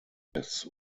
this